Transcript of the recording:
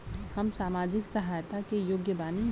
हम सामाजिक सहायता के योग्य बानी?